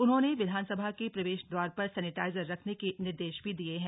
उन्होंने विधानसभा के प्रवेश द्वार पर सैनिटाजर रखने के निर्देश भी दिये हैं